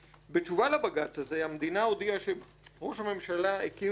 בתשובה לבג"ץ הזה המדינה הודיעה שראש הממשלה הקים ועדה